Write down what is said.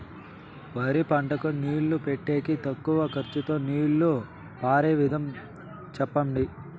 వరి పంటకు నీళ్లు పెట్టేకి తక్కువ ఖర్చుతో నీళ్లు పారే విధం చెప్పండి?